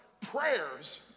prayers